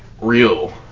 real